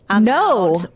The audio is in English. no